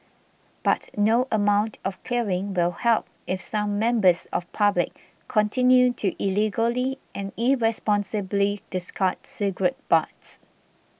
but no amount of clearing will help if some members of public continue to illegally and irresponsibly discard cigarette butts